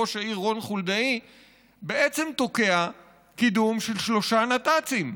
ראש העיר רון חולדאי בעצם תוקע קידום של שלושה נתצ"ים.